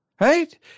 Right